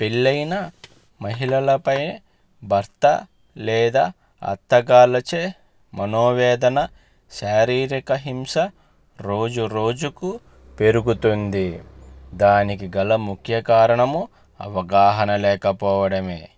పెళ్ళయిన మహిళలపై భర్త లేదా అత్తగారులచే మనోవేదన శారీరిక హింస రోజు రోజుకు పెరుగుతుంది దానికి గల ముఖ్య కారణము అవగాహన లేకపోవడమే